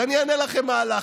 אני אענה לכם מה הלחץ.